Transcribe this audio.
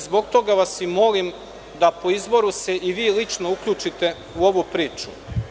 Zbog toga vas i molim da se po izboru vi lično uključite u ovu priču.